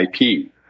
IP